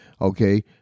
Okay